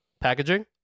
packaging